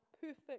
perfect